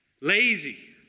lazy